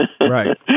Right